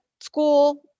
school